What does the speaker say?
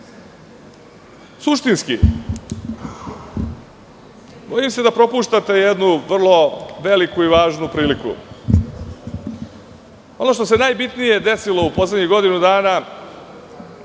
kažem. Suštinski, bojim se da propuštate jednu vrlo veliku i važnu priliku. Ono što se najbitnije desilo u poslednjih godinu dana,